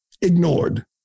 ignored